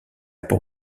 pour